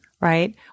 right